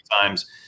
times